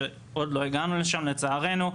שעוד לא הגענו לשם לצערנו,